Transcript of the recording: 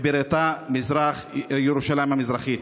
ובירתה ירושלים המזרחית.